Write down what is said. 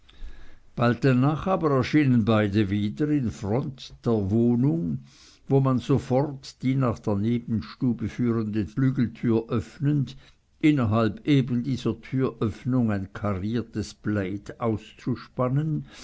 bald danach aber erschienen beide wieder in front der wohnung wo man sofort die nach der nebenstube führende flügeltür öffnend innerhalb eben dieser türöffnung ein kariertes plaid auszuspannen